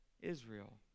Israel